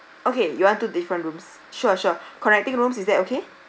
okay you want two different rooms sure sure connecting rooms is that okay